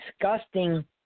disgusting